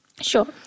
Sure